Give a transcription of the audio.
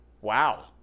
Wow